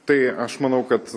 tai aš manau kad